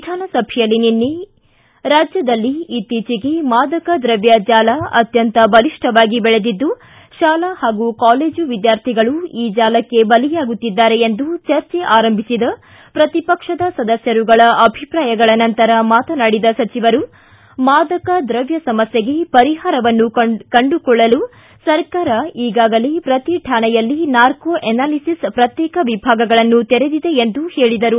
ವಿಧಾನಸಭೆಯಲ್ಲಿ ನಿನ್ನೆ ರಾಜ್ಯದಲ್ಲಿ ಇತ್ತೀಚೆಗೆ ಮಾದಕ ದ್ರವ್ಯ ಜಾಲ ಅತ್ಯಂತ ಬಲಿಷ್ಠವಾಗಿ ಬೆಳೆದಿದ್ದು ಶಾಲಾ ಹಾಗೂ ಕಾಲೇಜು ವಿದ್ವಾರ್ಥಿಗಳು ಈ ಜಾಲಕ್ಕೆ ಬಲಿಯಾಗುತ್ತಿದ್ದಾರೆ ಎಂದು ಚರ್ಚೆ ಆರಂಭಿಸಿದ ಪ್ರತಿಪಕ್ಷದ ಸದಸ್ಯರುಗಳ ಅಭಿಪ್ರಾಯಗಳ ನಂತರ ಮಾತನಾಡಿದ ಸಚಿವರು ಮಾದಕ ದ್ರವ್ಯ ಸಮಸ್ಟೆಗೆ ಪರಿಹಾರವನ್ನು ಕಂಡುಕೊಳ್ಳಲು ಸರ್ಕಾರ ಈಗಾಗಲೇ ಪ್ರತಿ ಠಾಣೆಯಲ್ಲಿ ನಾರ್ಕೋ ಅನಾಲಿಸಿಸ್ ಪ್ರತ್ಯೇಕ ವಿಭಾಗಗಳನ್ನು ತೆರೆದಿದೆ ಎಂದರು